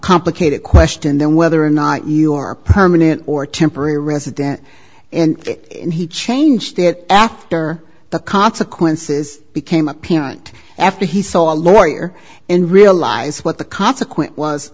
complicated question than whether or not you are a permanent or temporary resident and he changed it after the consequences became apparent after he saw a lawyer and realized what the consequen